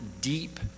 deep